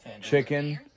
chicken